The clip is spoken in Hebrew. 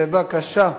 בבקשה.